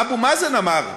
אבו מאזן אמר,